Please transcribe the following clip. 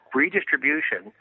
redistribution